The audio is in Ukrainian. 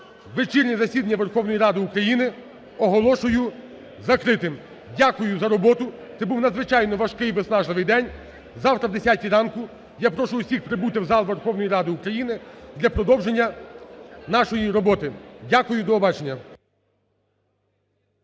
вечірнє засідання Верховної Ради України оголошую закритим. Дякую за роботу. Це був надзвичайно важкий і виснажливий день. Завтра о 10-й ранку я прошу усіх прибути у зал Верховної Ради України для продовження нашої роботи. Дякую. До побачення.